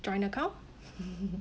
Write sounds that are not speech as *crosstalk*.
joint account *laughs*